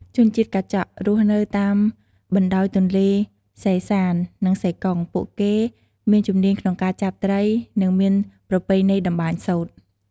ជនជាតិកាចក់ រស់នៅតាមបណ្ដោយទន្លេសេសាន្ត និងសេកុង ពួកគេមានជំនាញក្នុងការចាប់ត្រី និងមានប្រពៃណីតម្បាញសូត្រ។